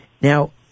Now